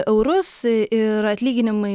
eurus ir atlyginimai